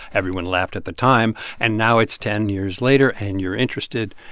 everyone laughed at the time, and now it's ten years later, and you're interested,